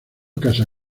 casa